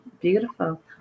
beautiful